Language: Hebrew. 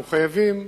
אנחנו חייבים